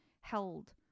held